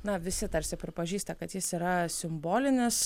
na visi tarsi pripažįsta kad jis yra simbolinis